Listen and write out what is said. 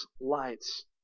lights